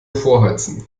vorheizen